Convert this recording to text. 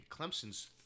Clemson's